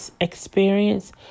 experience